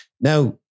Now